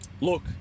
Look